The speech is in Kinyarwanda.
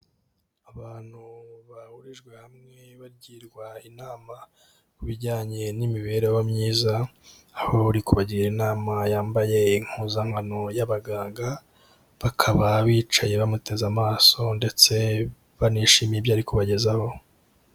Abantu bahurijwe hamwe bagirwa inama ku bijyanye n'imibereho myiza, aho uri kubagira inama yambaye impuzankano y'abaganga, bakaba bicaye bamuteze amaso ndetse banishimiye ibyo ari kubagezaho.